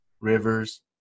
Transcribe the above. Rivers